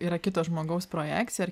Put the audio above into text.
yra kito žmogaus projekcija ar